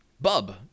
Bub